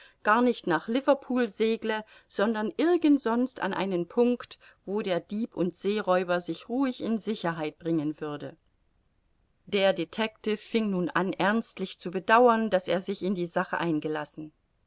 gar nicht nach liverpool segle sondern irgend sonst an einen punkt wo der dieb und seeräuber sich ruhig in sicherheit bringen würde der detectiv fing nun an ernstlich zu bedauern daß er sich in die sache eingelassen